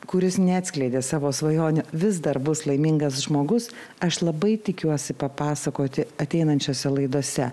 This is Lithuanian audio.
kuris neatskleidė savo svajonių vis dar bus laimingas žmogus aš labai tikiuosi papasakoti ateinančiose laidose